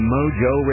Mojo